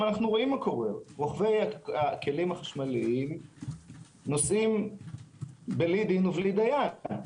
רואים מה קורה רוכבי הכלים החשמליים נוסעים בלי דין ובלי דיין.